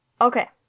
Okay